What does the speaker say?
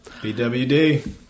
BWD